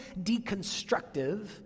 deconstructive